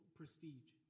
prestige